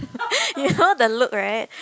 you know the look right